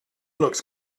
looks